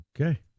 Okay